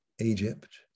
Egypt